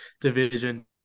division